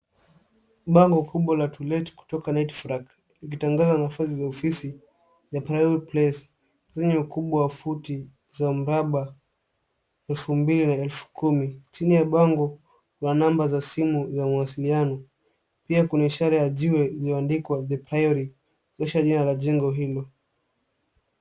Bango kubwa la to let kutoka Knight Frank inatangaza nafasi za ofisi the priory place zenye ukubwa wa futi za miraba elfu mbili na elfu kumi. Chini ya bango kuna namba za simu za mawasiliano. Pia kuna ishara ya jiwe iliyoandikwa the priory ikionyesha jina la jengo hilo.